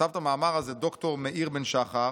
כתב את המאמר הזה דוקטור מאיר בן שחר